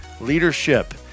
leadership